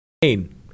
pain